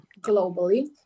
globally